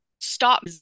stop